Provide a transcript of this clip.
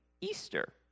Easter